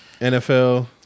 NFL